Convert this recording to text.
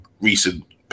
recent